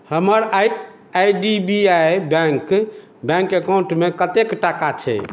हमर I I D B I bank bank अकाउंटमे कतेक टाका छै